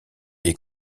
est